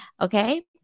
Okay